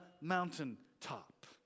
mountaintop